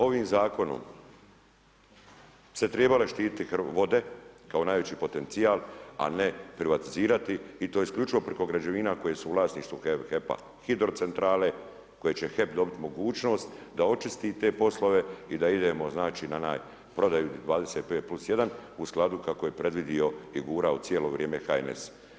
Ovim zakonom se trebaju zaštititi vode kao najveći potencijal a ne privatizirati i to isključivo preko građevina koje su u vlasništvu HEP-a, hidrocentrale koje će HEP dobiti mogućnost da očisti te poslove i da idemo na onu prodaju 25+1 u skladu kako je predvidio i gurao cijelo vrijeme HNS.